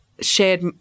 shared